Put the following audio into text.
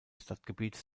stadtgebiets